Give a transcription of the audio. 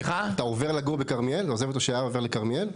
אתה עוזב את הושיעה ועובר לכרמיאל?